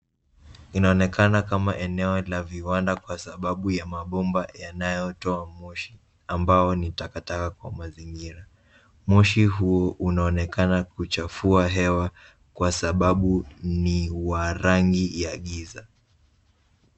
Inaonekana kama eneo la viwanda kwasababu ya mabomba yanayotoa moshi ambao ni takataka kwa mazingira. Moshi huu unaonekana kuchafua hewa kwasababu ni wa rangi ya giza.